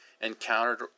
encountered